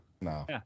No